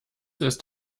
ist